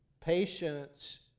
Patience